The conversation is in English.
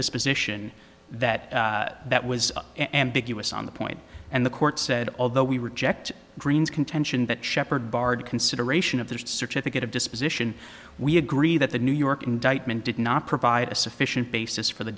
disposition that that was ambiguous on the point and the court said although we reject green's contention that shepard barred consideration of the search at the gate of disposition we agree that the new york indictment did not provide a sufficient basis for the